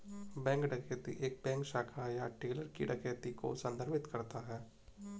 bank डकैती एक bank शाखा या टेलर की डकैती को संदर्भित करता है